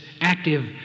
active